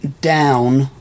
down